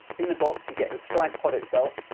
in the box you get the stryd pod itself,